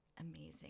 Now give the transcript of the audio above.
amazing